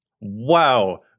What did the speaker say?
Wow